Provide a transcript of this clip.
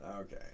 Okay